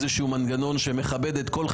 אנחנו נמנה את מי שאנחנו רוצים ואיפה שאנחנו רוצים.